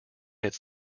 its